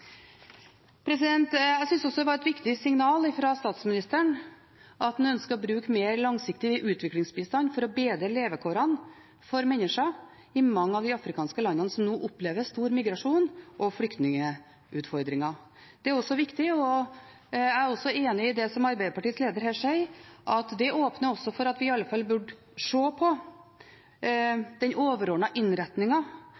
Jeg synes også det var et viktig signal fra statsministeren at en ønsker å bruke mer langsiktig utviklingsbistand for å bedre levekårene for mennesker i mange av de afrikanske landene som nå opplever stor migrasjon og flyktningutfordringer. Det er også viktig. Jeg er også enig i det som Arbeiderpartiets leder her sier, at det åpner også for at vi burde se på den